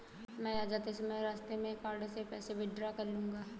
मैं आज जाते समय रास्ते में कार्ड से पैसे विड्रा कर लूंगा